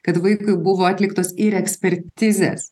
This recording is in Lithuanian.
kad vaikui buvo atliktos ir ekspertizės